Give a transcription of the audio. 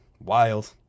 wild